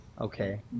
okay